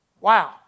Wow